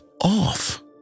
off